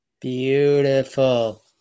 Beautiful